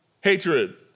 hatred